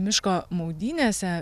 miško maudynėse